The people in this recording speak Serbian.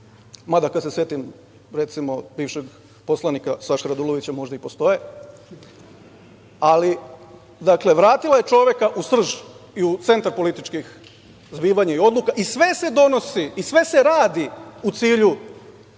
mada kad se setim, recimo, bivšeg poslanika Saše Radulovića, možda i postoje ali, dakle, vratila je čoveka u srž i u centar političkih zbivanja i odluka i sve se donosi i sve se radi u cilju